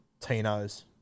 Tinos